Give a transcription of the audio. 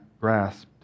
grasped